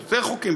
קצת יותר רחוקים,